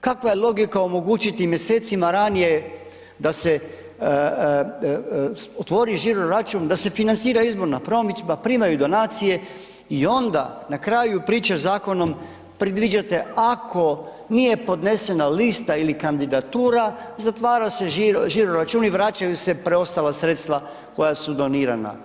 Kakva je logika omogućiti mjesecima ranije da se otvori žiro račun, da se financira izborna promidžba, primaju donacije i onda, na kraju priče, zakonom predviđate, ako nije podnesena lista ili kandidatura, zatvara se žiro račun i vraćaju se preostala sredstva koja su donirana.